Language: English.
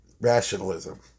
rationalism